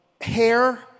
hair